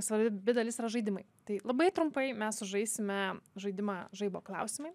svarbi dalis yra žaidimai tai labai trumpai mes sužaisime žaidimą žaibo klausimai